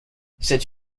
cette